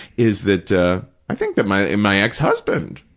is that i think that my, and my ex-husband,